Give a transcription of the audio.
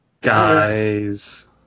Guys